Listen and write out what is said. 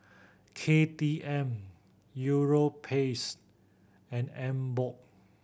K T M Europace and Emborg